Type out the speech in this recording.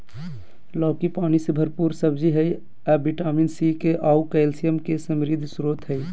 लौकी पानी से भरपूर सब्जी हइ अ विटामिन सी, के आऊ कैल्शियम के समृद्ध स्रोत हइ